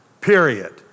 period